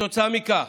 כתוצאה מכך